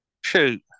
Shoot